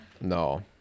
No